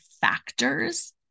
factors